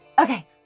Okay